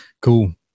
Cool